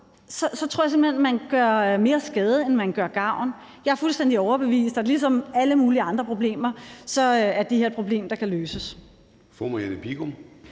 så tror jeg simpelt hen, man gør mere skade, end man gør gavn. Jeg er fuldstændig overbevist om, at ligesom alle mulige andre problemer er det her et problem, der kan løses.